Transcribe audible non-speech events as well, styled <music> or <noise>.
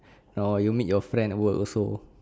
<noise> no you meet your friend at work also